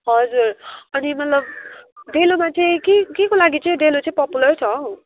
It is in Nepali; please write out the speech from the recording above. हजुर अनि मतलब डेलोमा चाहिँ के के को लागि चाहिँ डेलो चाहिँ पपुलर छ हौ